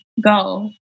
go